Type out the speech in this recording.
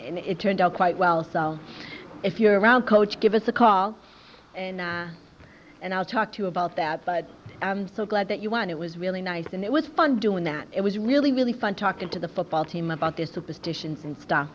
it turned out quite well so if you're around coach give us a call and i'll talk to you about that but i'm so glad that you won it was really nice and it was fun doing that it was really really fun talking to the football team about their superstitions and stuff